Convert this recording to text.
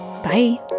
Bye